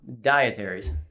Dietaries